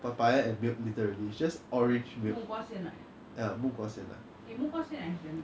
papaya and milk literally just orange with ya 木瓜鲜奶